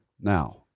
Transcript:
now